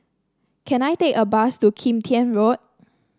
can I take a bus to Kim Tian Road